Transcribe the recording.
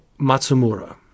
Matsumura